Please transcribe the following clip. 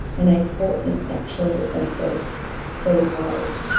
and i fought the sexual assault so hard,